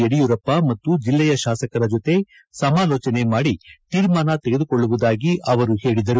ಯಡಿಯೂರಪ್ಪ ಮತ್ತು ಜಿಲ್ಲೆಯ ಶಾಸಕರ ಜೊತೆ ಸಮಾಲೋಚನೆ ಮಾಡಿ ತೀರ್ಮಾನ ತೆಗೆದುಕೊಳ್ಳುವುದಾಗಿ ಅವರು ಹೇಳಿದರು